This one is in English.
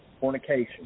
fornication